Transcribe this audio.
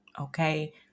okay